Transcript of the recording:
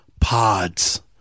Pods